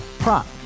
Prop